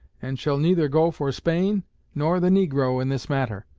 and shall neither go for spain nor the negro in this matter,